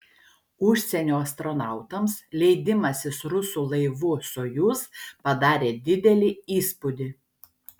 užsienio astronautams leidimasis rusų laivu sojuz padarė didelį įspūdį